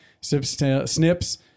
Snips